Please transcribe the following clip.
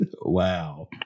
Wow